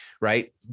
right